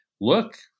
look